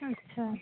अच्छा